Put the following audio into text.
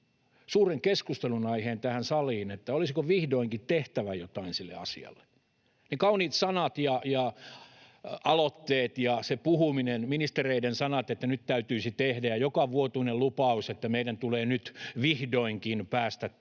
suuren keskustelunaiheen tähän saliin: olisiko vihdoinkin tehtävä jotain sille asialle. Ne kauniit sanat ja aloitteet ja se puhuminen, ministereiden sanat, että nyt täytyisi tehdä, ja jokavuotinen lupaus, että meidän tulee nyt vihdoinkin päästä siihen